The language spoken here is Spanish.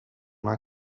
una